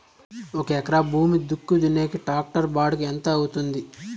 ఒక ఎకరా భూమి దుక్కి దున్నేకి టాక్టర్ బాడుగ ఎంత అవుతుంది?